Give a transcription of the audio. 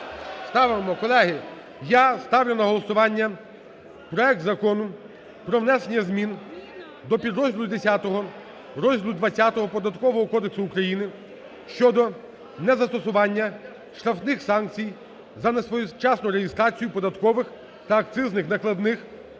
Ставимо. Колеги, я ставлю на голосування проект Закону про внесення змін до підрозділу 10 розділу ХХ Податкового кодексу України щодо незастосування штрафних санкцій за несвоєчасну реєстрацію податкових та акцизних накладних